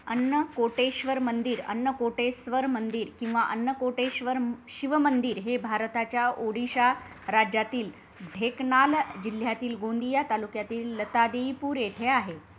अन्नकोटेश्वर मंदिर अन्नकोटेस्वर मंदिर किंवा अन्नकोटेश्वर शिव मंदिर हे भारताच्या ओडिशा राज्यातील ढेंकनाल जिल्ह्यातील गोंदिया तालुक्यातील लतादेईपूर येथे आहे